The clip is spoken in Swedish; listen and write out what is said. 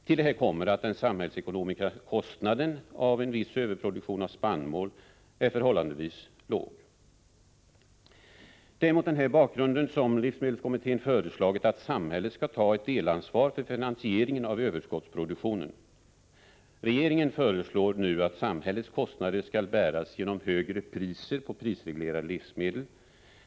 Till det kommer att den samhällsekonomiska kostnaden för en viss överproduktion av spannmål är förhållandevis ringa. Det är mot denna bakgrund som livsmedelskommittén har föreslagit att samhället skall ta ett delansvar för finansieringen av överskottsproduktionen. Regeringen föreslår nu att samhällets kostnader skall bäras genom högre priser på prisreglerade livsmedel.